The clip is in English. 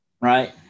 right